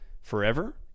forever